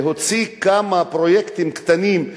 להוציא כמה פרויקטים קטנים,